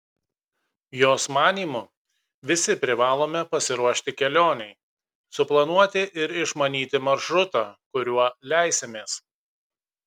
jos manymu visi privalome pasiruošti kelionei suplanuoti ir išmanyti maršrutą kuriuo leisimės